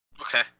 Okay